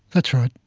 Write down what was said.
that's right.